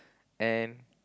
and